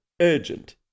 Urgent